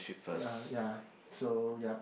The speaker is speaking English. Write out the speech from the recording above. ya ya so yup